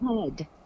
head